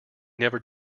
never